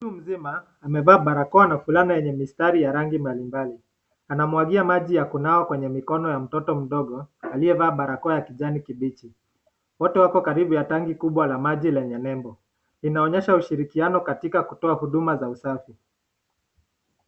Mtu ambayo anevaa barakoa na fulana yenye mstari ya rangi mbalimbali, anamwagia maji ya kunawa kwenye mikono ya mtoto mdogo alievaa barakoa ya kijani kibichi, wote wako karibu na tanki kubwa la maji lenye membo, linaonyesha ushirikiano katika kutowa huduma za usafi.